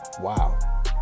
Wow